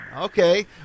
Okay